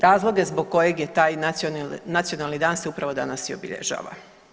Razloge zbog kojeg je taj nacionalni dan se upravo danas i obilježava.